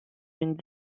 une